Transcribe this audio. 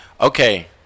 Okay